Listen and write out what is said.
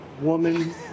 woman